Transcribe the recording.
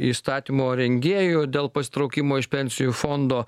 įstatymo rengėjų dėl pasitraukimo iš pensijų fondo